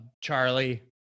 charlie